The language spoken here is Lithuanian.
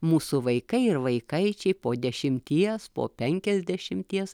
mūsų vaikai ir vaikaičiai po dešimties po penkiasdešimties